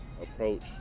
approach